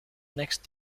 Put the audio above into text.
next